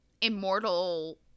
immortal